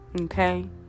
Okay